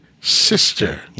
sister